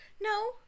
No